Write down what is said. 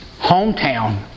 hometown